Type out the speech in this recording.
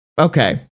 Okay